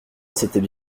s’était